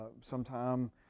sometime